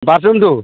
বাথৰুমটো